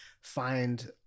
find